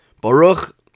Baruch